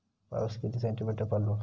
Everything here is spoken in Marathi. पाऊस किती सेंटीमीटर पडलो?